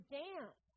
dance